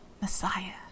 Messiah